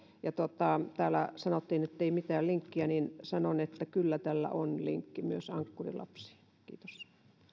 ja täällä sanottiin ettei mitään linkkiä niin sanon että kyllä tällä on linkki myös ankkurilapsiin kiitos